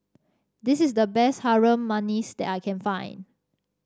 this is the best Harum Manis that I can find